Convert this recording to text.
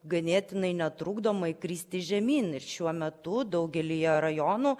ganėtinai netrukdomai kristi žemyn ir šiuo metu daugelyje rajonų